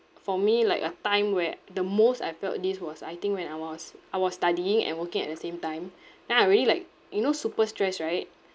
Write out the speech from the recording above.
for me like a time where the most I felt this was I think when I was I was studying and working at the same time then I really like you know super stressed right